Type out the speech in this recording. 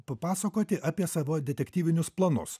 papasakoti apie savo detektyvinius planus